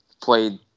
played